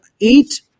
eight